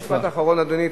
משפט אחרון, אדוני.